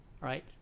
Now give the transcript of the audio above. right